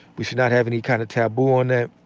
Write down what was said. we should not have any kind of taboo on that.